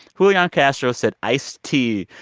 julian castro said iced tea.